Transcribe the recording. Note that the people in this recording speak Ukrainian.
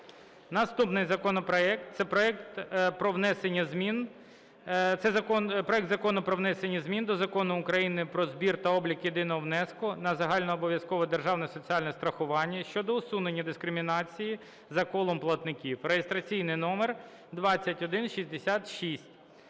Наступний законопроект - це проект Закону про внесення змін до Закону України "Про збір та облік єдиного внеску на загальнообов'язкове державне соціальне страхування" (щодо усунення дискримінації за колом платників) (реєстраційний номер 2166).